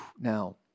Now